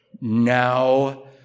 Now